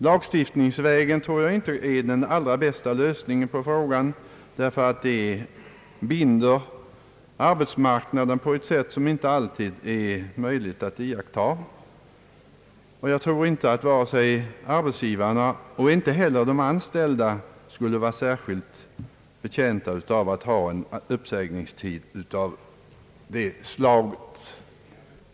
Lagstiftning tror jag inte är den allra bästa lösningen på frågan, ty därigenom binds arbetsmarknaden på ett sätt som inte alltid är så lyckligt, och jag tror att varken arbetsgivaren eller den anställde är särskilt betjänt av att ha en generell uppsägningstid av det slaget.